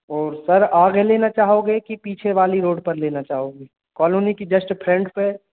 और सर आगे लेना चाहोगे कि पीछे वाली रोड पर लेना चाहोगे कोलोनी के जस्ट फ्रन्ट पर